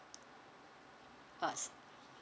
us